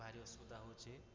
ଭାରି ଅସୁବିଧା ହଉଛି